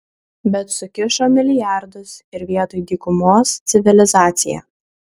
bet sukišo milijardus ir vietoj dykumos civilizacija